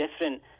different